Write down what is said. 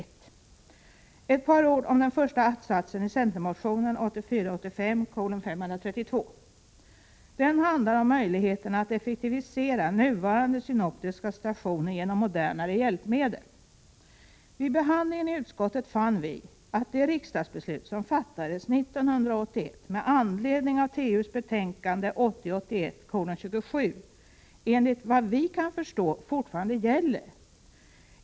Så ett par ord om den första att-satsen i centermotionen 1984 81:27 enligt vad vi kan förstå fortfarande gäller.